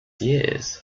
years